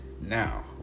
Now